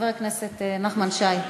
חבר הכנסת נחמן שי.